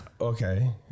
Okay